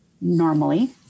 normally